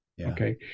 okay